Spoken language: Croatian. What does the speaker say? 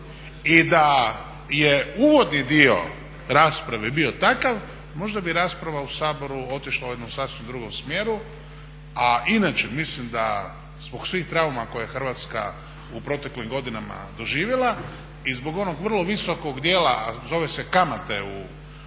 i da je uvodni dio rasprave bio takav možda bi rasprava u Saboru otišla u jednom sasvim drugom smjeru. A inače mislim da zbog svih trauma koje je Hrvatska u proteklim godinama doživjela i zbog onog vrlo visokog dijela, a zove se kamate u